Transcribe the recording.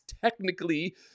technically